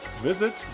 Visit